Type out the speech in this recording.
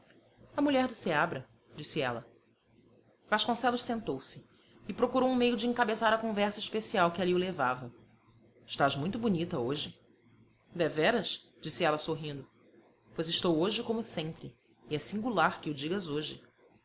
a mulher do seabra disse ela vasconcelos sentou-se e procurou um meio de encabeçar a conversa especial que ali o levava estás muito bonita hoje deveras disse ela sorrindo pois estou hoje como sempre e é singular que o digas hoje